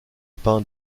peint